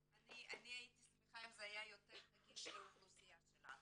והייתי שמחה אם זה היה יותר נגיש לאוכלוסייה שלנו.